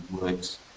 works